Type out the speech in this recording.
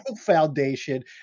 foundation